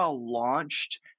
launched